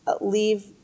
leave